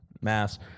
mass